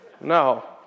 No